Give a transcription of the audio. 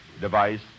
device